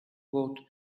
gold